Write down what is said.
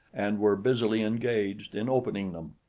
and were busily engaged in opening them.